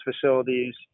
facilities